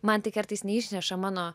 man tai kartais neišneša mano